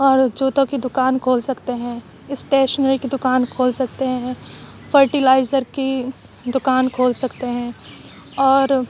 اور جوتوں کی دوکان کھول سکتے ہیں اسٹیشنری کی دوکان کھول سکتے ہیں فرٹیلائزر کی دوکان کھول سکتے ہیں اور